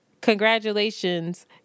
Congratulations